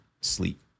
Sleep